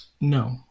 No